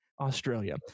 australia